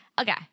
Okay